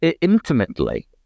intimately